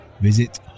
Visit